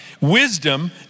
Wisdom